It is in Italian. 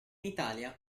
italia